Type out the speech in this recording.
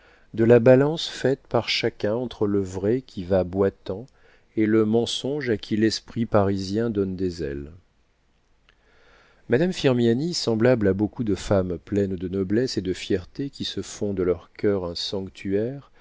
de la balance faite par chacun entre le vrai qui va boitant et le mensonge à qui l'esprit parisien donne des ailes madame firmiani semblable à beaucoup de femmes pleines de noblesse et de fierté qui se font de leur coeur un sanctuaire